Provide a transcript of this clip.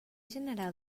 general